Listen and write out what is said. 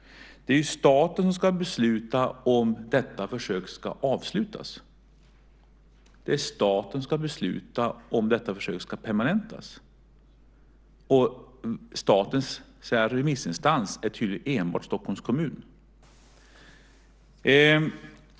Det är staten som ska besluta om detta försök ska avslutas, och det är staten som ska besluta om detta försök ska permanentas. Statens remissinstans är tydligen enbart Stockholms kommun.